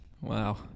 Wow